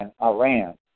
Iran